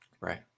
Right